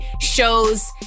shows